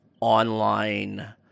online